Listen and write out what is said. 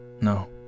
No